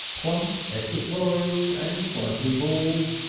plump equatorially and slightly bald,